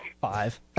Five